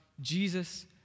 Jesus